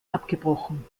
abgebrochen